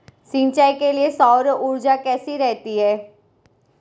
सिंचाई के लिए सौर ऊर्जा कैसी रहती है?